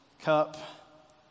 cup